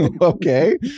Okay